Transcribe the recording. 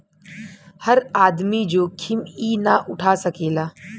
हर आदमी जोखिम ई ना उठा सकेला